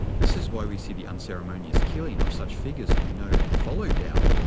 this is why we see the unceremonious killing of such figures who know and follow tao,